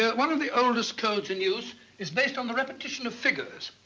yeah one of the oldest codes in use is based on the repetition of figures.